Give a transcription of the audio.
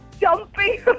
jumping